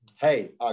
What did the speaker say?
Hey